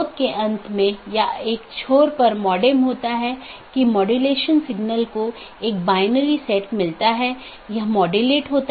तो यह ऐसा नहीं है कि यह OSPF या RIP प्रकार के प्रोटोकॉल को प्रतिस्थापित करता है